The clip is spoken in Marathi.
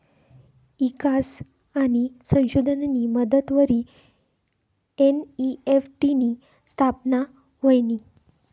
ईकास आणि संशोधननी मदतवरी एन.ई.एफ.टी नी स्थापना व्हयनी